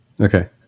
Okay